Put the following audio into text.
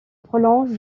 prolonge